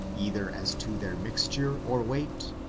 either as to their mixture or weight,